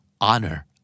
honor